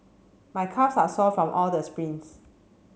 my calves are sore from all the sprints